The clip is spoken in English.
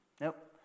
Nope